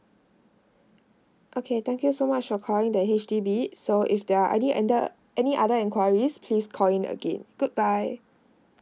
okay thank you so much for calling the H_D_B so if there are any ended any other enquiries please call in again good bye